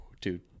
Dude